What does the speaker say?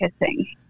kissing